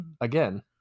again